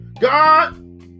God